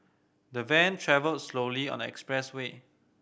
the van travelled slowly on the expressway